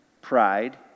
pride